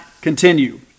continue